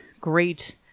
great